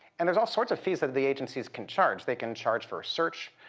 and there's all sorts of fees that the agencies can charge. they can charge for a search,